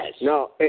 No